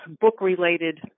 book-related